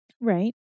Right